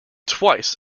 twice